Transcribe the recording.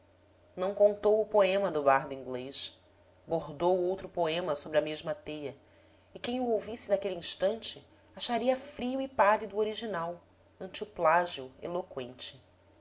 não contou o poema do bardo inglês bordou outro poema sobre a mesma teia e quem o ouvisse naquele instante acharia frio e pálido o original